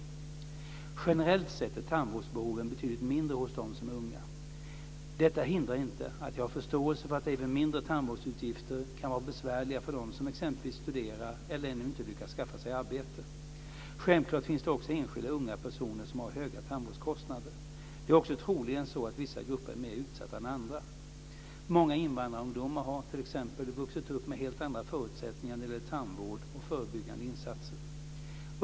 Generellt sett är tandvårdsbehoven betydligt mindre hos dem som är unga. Detta hindrar inte att jag har förståelse för att även mindre tandvårdsutgifter kan vara besvärliga för den som exempelvis studerar eller ännu inte lyckats skaffa sig arbete. Självklart finns det också enskilda unga personer som har höga tandvårdskostnader. Det är också troligen så att vissa grupper är mera utsatta än andra. Många invandrarungdomar har t.ex. vuxit upp med helt andra förutsättningar när det gäller tandvård och förebyggande insatser.